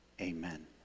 Amen